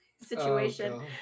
situation